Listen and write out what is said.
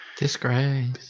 Disgrace